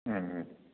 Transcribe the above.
ம் ம்